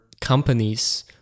companies